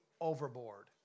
overboard